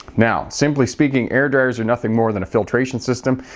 now simply speaking, air dryers are nothing more than a filtration system.